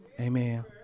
Amen